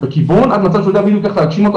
בכיוון עד מצב שהוא יודע בדיוק איך להגשים אותו,